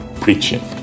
preaching